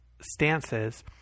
stances